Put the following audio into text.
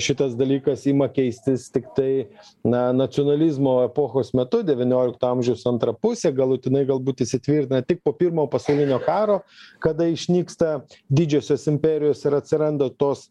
šitas dalykas ima keistis tiktai na nacionalizmo epochos metu devyniolikto amžiaus antra pusė galutinai galbūt įsitvirtina tik po pirmo pasaulinio karo kada išnyksta didžiosios imperijos ir atsiranda tos